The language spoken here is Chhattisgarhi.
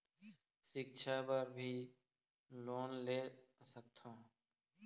सिक्छा बर भी लोन ले सकथों?